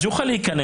אז הוא יוכל להיכנס,